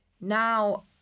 Now